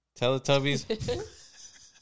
Teletubbies